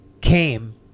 came